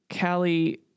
Callie